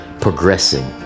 progressing